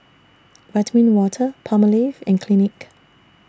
Vitamin Water Palmolive and Clinique